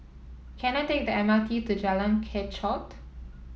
can I take the M R T to Jalan Kechot